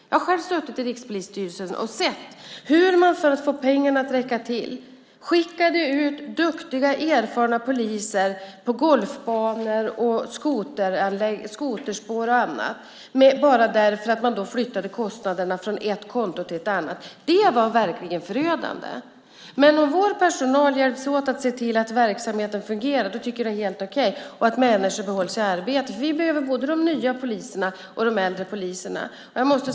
Jag har själv suttit i Rikspolisstyrelsen och sett hur man för att få pengarna att räcka till skickade ut duktiga, erfarna poliser på golfbanor, i skoterspår och annat bara därför att man då flyttade kostnaderna från ett konto till ett annat. Det var verkligen förödande. Men om vår personal hjälps åt att se till att verksamheten fungerar tycker jag att det är helt okej. Människor ska behållas i arbete. Vi behöver både de nya och de äldre poliserna.